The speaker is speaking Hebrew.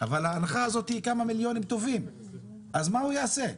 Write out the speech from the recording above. אבל ההנחה הזאת היא כמה מיליונים טובים אז מה הוא יעשה?